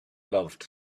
loved